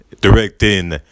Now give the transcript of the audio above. directing